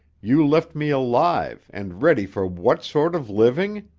you left me alive and ready for what sort of living?